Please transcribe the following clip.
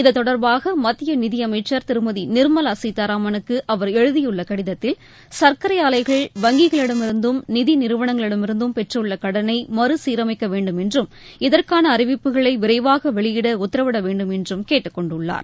இதுதொடர்பாக மத்திய நிதியமைச்சர் திருமதி நிர்மலா சீதாராமனுக்கு அவர் எழுதியுள்ள கடிதத்தில் சர்க்கரை ஆலைகள் வங்கிகளிடமிருந்தும் நிதி நிறுவனங்களிடமிருந்தும் பெற்றுள்ள கடனை மறுசீரமைக்க வேண்டும் என்றும் இதற்கான அறிவிப்புகளை விரைவாக வெளியிட உத்தரவிட வேண்டும் என்றும் கேட்டுக்கொண்டுள்ளார்